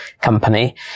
company